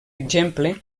exemple